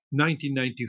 1994